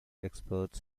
experts